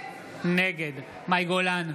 נגד מאי גולן,